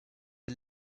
der